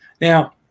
Now